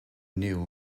new